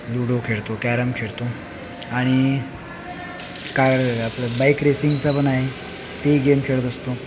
ludo खेळतो carrom खेळतो आणि कार आपलं बाइक रेसिंगचं पण आहे ती ही गेम खेळत असतो